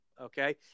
Okay